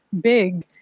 big